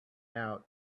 out